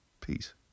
Peace